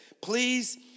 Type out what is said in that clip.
please